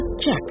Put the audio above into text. Check